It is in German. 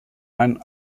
mann